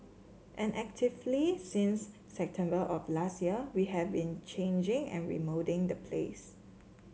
and actively since September of last year we have been changing and remoulding the place